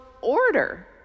order